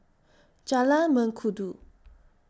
Jalan Mengkudu